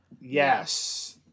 Yes